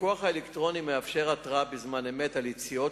הפיקוח האלקטרוני מאפשר התרעה בזמן אמת על יציאות